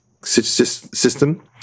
system